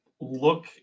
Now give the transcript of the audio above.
look